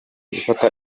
gufata